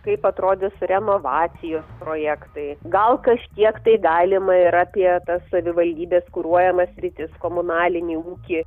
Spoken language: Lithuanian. kaip atrodys renovacijos projektai gal kažkiek tai galima ir apie tas savivaldybės kuruojamas sritis komunalinį ūkį